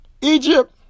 Egypt